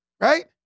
Right